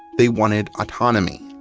they wanted autonomy,